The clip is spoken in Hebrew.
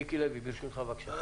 מיקי לוי, בבקשה.